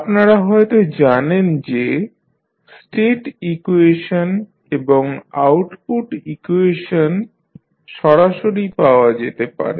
আপনারা হয়তো জানেন যে স্টেট ইকুয়েশন এবং আউটপুট ইকুয়েশন সরাসরি পাওয়া যেতে পারে